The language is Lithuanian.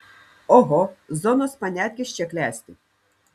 oho zonos paniatkės čia klesti